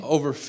over